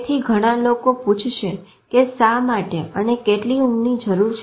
તેથી ઘણા લોકો પૂછશે કે શા માટે અને કેટલી ઊંઘની જરૂર છે